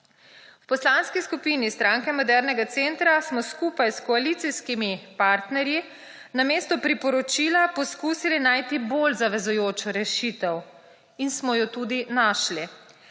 V Poslanski skupini Stranke modernega centra smo skupaj s koalicijskimi partnerji namesto priporočila poskusili najti bolj zavezujočo rešitev. In smo jo tudi našli.